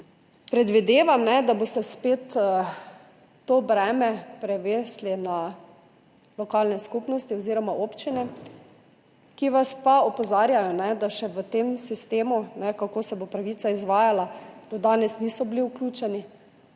Predvidevam, da boste spet to breme prenesli na lokalne skupnosti oziroma občine, ki vas pa opozarjajo, da še v tem sistemu, kako se bo izvajala pravica, do danes niso bili vključeni,